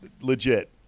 legit